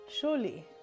Surely